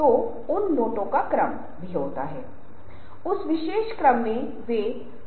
यह जल्दी से लोगों का आकलन करने और उनका मूल्यांकन करने के लिए बहुत ज़रूरी है